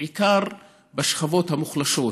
בעיקר בשכבות המוחלשות,